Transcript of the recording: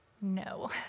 No